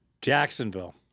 Jacksonville